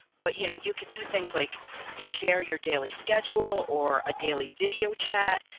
but you know you could do things like share your daily schedule or a daily video chat.